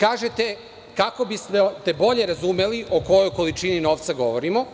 Kažete, kako biste bolje razumeli o kojoj količini novca govorimo,